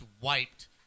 wiped